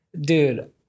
Dude